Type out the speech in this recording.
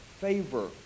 favor